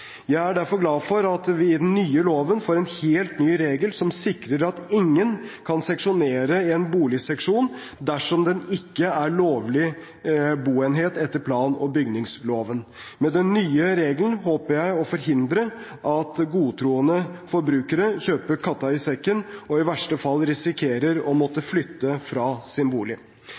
Jeg er derfor glad for at vi i den nye loven får en helt ny regel, som sikrer at ingen kan seksjonere en boligseksjon dersom den ikke er en lovlig boenhet etter plan- og bygningsloven. Med den nye regelen håper jeg å forhindre at godtroende forbrukere kjøper katta i sekken – og i verste fall risikerer å måtte flytte fra sin bolig.